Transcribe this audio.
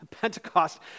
Pentecost